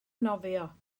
nofio